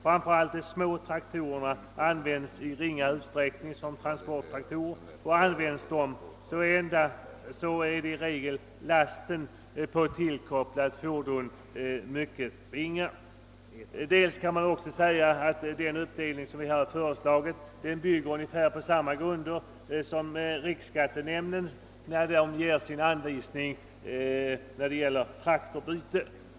Speciellt de små traktorerna används i ringa utsträckning för transport på vägarna och om så sker är i regel lasten på ett tillkopplat fordon obetydlig. Delvis kan man säga att den uppdelning vi föreslagit bygger ungefär på samma grunder som de anvisningar riksskattenämnden utfärdat för traktorbyte.